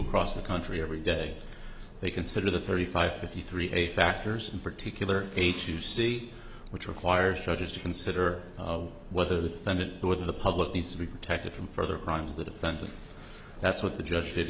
across the country every day they consider the thirty five fifty three a factors in particular h u c which requires judges to consider whether the senate or the public needs to be protected from further crimes that offended that's what the judge